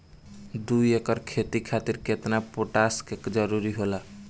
दु एकड़ खेती खातिर केतना पोटाश के जरूरी होला?